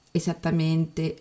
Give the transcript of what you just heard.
esattamente